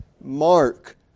mark